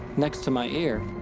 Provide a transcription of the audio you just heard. next to my ear.